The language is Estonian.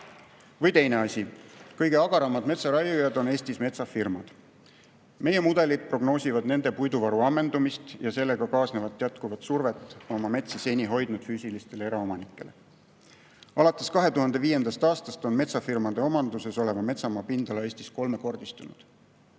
Või teine asi. Kõige agaramad metsaraiujad on Eestis metsafirmad. Meie mudelid prognoosivad nende puiduvaru ammendumist ja sellega kaasnevat jätkuvat survet oma metsa seni hoidnud füüsilistele [isikutele], eraomanikele. Alates 2005. aastast on metsafirmade omanduses oleva metsamaa pindala Eestis kolmekordistunud.